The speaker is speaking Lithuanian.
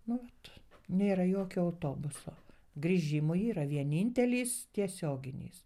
nu vat nėra jokio autobuso grįžimui yra vienintelis tiesioginis